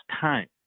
time